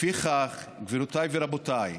לפיכך, גבירותיי ורבותיי,